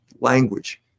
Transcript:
language